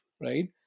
right